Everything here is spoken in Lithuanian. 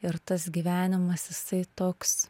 ir tas gyvenimas jisai toks